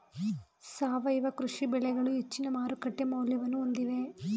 ಸಾವಯವ ಕೃಷಿ ಬೆಳೆಗಳು ಹೆಚ್ಚಿನ ಮಾರುಕಟ್ಟೆ ಮೌಲ್ಯವನ್ನು ಹೊಂದಿವೆ